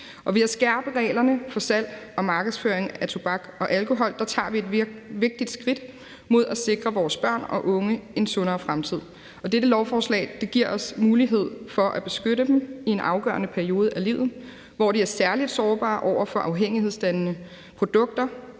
Ved at skærpe reglerne for salg og markedsføring af tobak og alkohol tager vi et vigtigt skridt mod at sikre vores børn og unge en sundere fremtid, og dette lovforslag giver os mulighed for at beskytte dem i en afgørende periode af livet, hvor de er særlig sårbare over for afhængighedsdannende produkter.